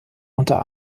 unter